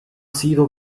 sido